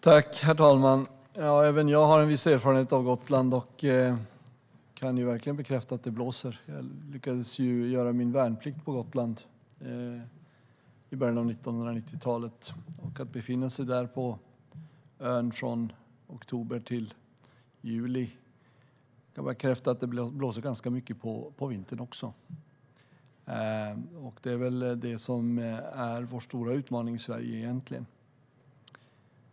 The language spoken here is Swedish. Herr talman! Även jag har en viss erfarenhet av Gotland. Jag gjorde min värnplikt där i början av 1990-talet och befann mig på ön från oktober till juli. Jag kan bekräfta att det blåser ganska mycket där, även på vintern. Detta är vår stora utmaning i Sverige.